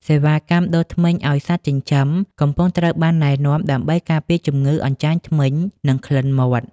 សេវាកម្ម "ដុសធ្មេញឱ្យសត្វចិញ្ចឹម" កំពុងត្រូវបានណែនាំដើម្បីការពារជំងឺអញ្ចាញធ្មេញ និងក្លិនមាត់។